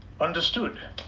understood